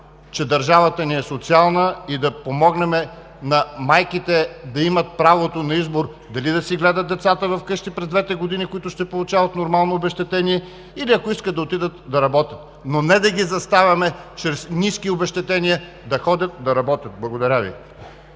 че държавата ни е социална, и да помогнем на майките да имат правото на избор дали да си гледат децата вкъщи през двете години, в които ще получават нормално обезщетение, или ако искат да отидат да работят, но не да ги заставяме чрез ниски обезщетения да ходят да работят. Благодаря Ви.